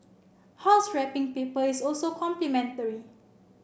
house wrapping paper is also complimentary